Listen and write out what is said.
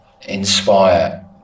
inspire